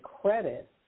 credit